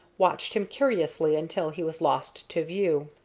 watched him curiously until he was lost to view.